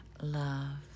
love